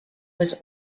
was